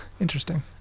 Interesting